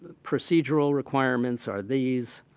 procedural requirements are these.